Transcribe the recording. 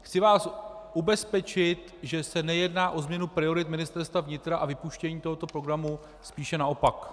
Chci vás ubezpečit, že se nejedná o změnu priorit Ministerstva vnitra a vypuštění tohoto programu, spíše naopak.